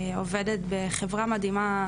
עובדת בחברה מדהימה,